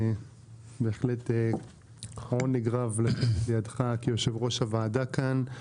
בהחלט עונג רב לשבת לידך כיושב ראש הוועדה כאן.